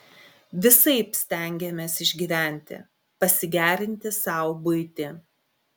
visaip stengėmės išgyventi pasigerinti sau buitį